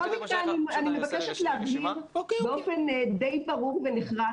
בכל מקרה אני מבקשת להבהיר באופן די ברור ונחרץ,